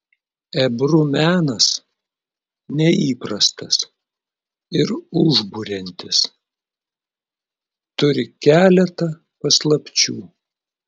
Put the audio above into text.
ebru menas neįprastas ir užburiantis turi keletą paslapčių